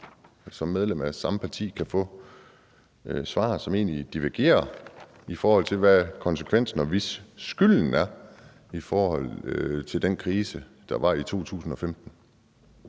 som medlem af samme parti kan få svar, som egentlig divergerer, i forhold til konsekvensen af den krise, der var i 2015,